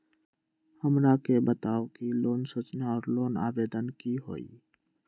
हमरा के बताव कि लोन सूचना और लोन आवेदन की होई?